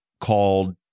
called